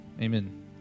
Amen